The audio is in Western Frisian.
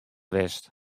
west